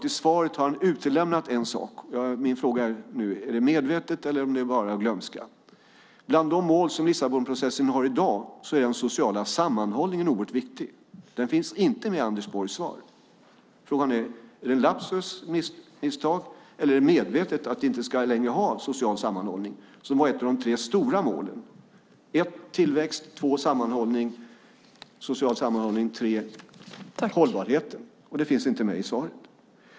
I svaret har han utelämnat en sak, och min fråga är nu: Är det medvetet eller är det bara glömska? Bland de mål som Lissabonprocessen har i dag är den sociala sammanhållningen oerhört viktig. Den finns inte med i Anders Borgs svar. Frågan är: Är det en lapsus, ett misstag, eller är det medvetet att vi inte längre ska ha social sammanhållning? Det var ett av de tre stora målen - tillväxt, social sammanhållning och hållbarhet - och det finns inte med i svaret.